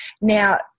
Now